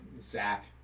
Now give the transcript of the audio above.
Zach